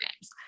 games